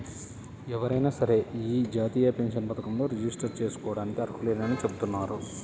ఎవరైనా సరే యీ జాతీయ పెన్షన్ పథకంలో రిజిస్టర్ జేసుకోడానికి అర్హులేనని చెబుతున్నారు